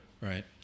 right